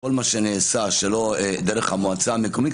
כל מה שנעשה שלא דרך המועצה המקומית,